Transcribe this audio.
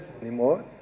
anymore